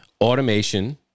automation